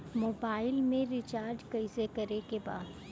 Mobile में recharge कइसे करे के बा?